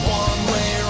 one-way